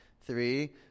three